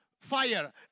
fire